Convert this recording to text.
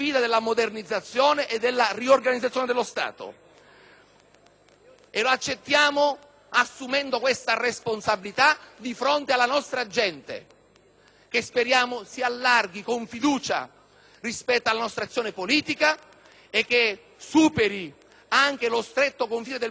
dello Stato, assumendo questa responsabilità di fronte alla nostra gente, che speriamo si apra con fiducia rispetto alla nostra azione politica e che superi anche lo stretto confine del Mezzogiorno, perché quello dell'autonomia è un valore che